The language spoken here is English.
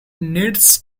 needs